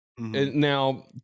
now